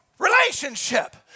relationship